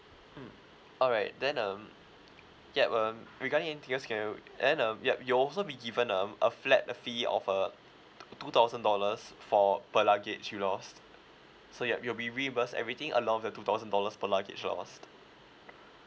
mm alright then um yup um regarding into yours can you and um yup you'll also be given um a flat fee of uh t~ two thousand dollars for per luggage you lost so yup you'll be reimbursed everything along with the two thousand dollars per luggage lost